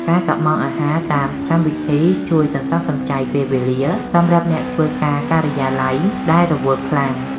ការកុម្ម៉ង់អាហារតាមកម្មវិធីជួយសន្សំសំចៃពេលវេលាសម្រាប់អ្នកធ្វើការការិយាល័យដែលរវល់ខ្លាំង។